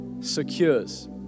secures